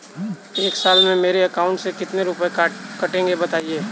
एक साल में मेरे अकाउंट से कितने रुपये कटेंगे बताएँ?